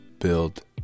build